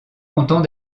content